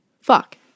Fuck